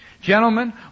Gentlemen